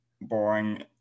boring